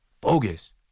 Bogus